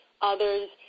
others